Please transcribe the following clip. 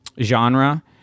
genre